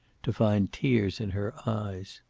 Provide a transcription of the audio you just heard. to find tears in her eyes.